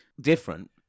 different